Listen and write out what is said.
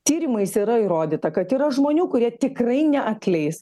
tyrimais yra įrodyta kad yra žmonių kurie tikrai neatleis